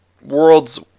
worlds